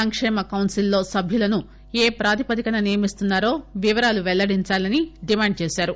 సంక్షేమ కౌన్సిల్ లో సభ్యులను ఏ ప్రాతిపదికన నియమిస్తున్నారో వివరాలు వెల్లడించాలని డిమాండ్ చేశారు